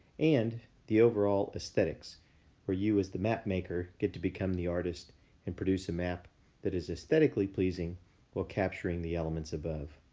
and the overall aesthetics for you, as the map maker, get to become the artist and produce a map that is aesthetically pleasing while capturing the elements above.